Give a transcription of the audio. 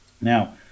Now